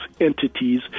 entities